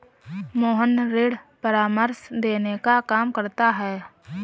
मोहन ऋण परामर्श देने का काम करता है